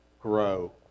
grow